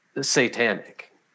satanic